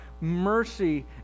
mercy